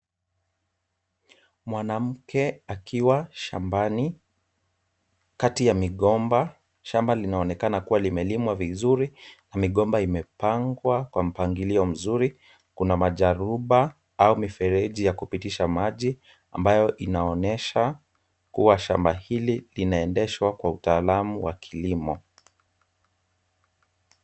Mwanamke akiwa shambani, kati ya migomba, shamba linaonekana limelimwa vizuri na migomba imepangwa kwa mpangilio mzuri. Kuna majaruba au mifereji ya kupitisha maji, ambayo inaonyesha kuwa shamba hili linaendeshwa kwa utaalamu wa kilimo.